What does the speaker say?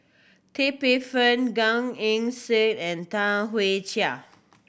Tan Paey Fern Gan Eng Seng and Tam Jia